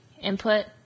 input